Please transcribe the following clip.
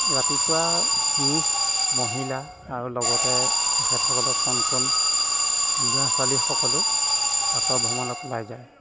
ৰাতিপুৱা পুৰুষ মহিলা আৰু লগতে তেখেতসকলৰ কণ কণ ল'ৰা ছোৱালীসকলো প্ৰাতঃ ভ্ৰমণত ওলাই যায়